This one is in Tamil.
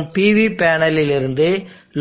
மற்றும் PV பேனலில் இருந்து